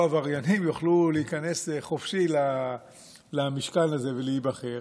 עבריינים יוכלו להיכנס חופשי למשכן הזה ולהיבחר,